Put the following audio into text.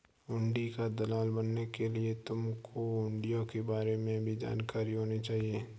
हुंडी का दलाल बनने के लिए तुमको हुँड़ियों के बारे में भी जानकारी होनी चाहिए